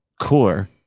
core